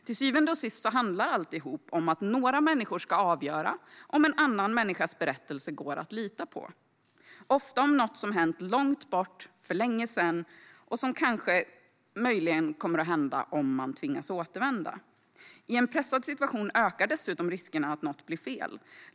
Till syvende och sist handlar alltihop om att några människor ska avgöra om det går att lita på en annan människas berättelse, ofta om något som hänt långt borta för länge sedan, och där det kanske kommer att handla om att personen tvingas återvända. I en pressad situation ökar dessutom riskerna för att något blir fel.